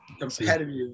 competitive